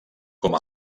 com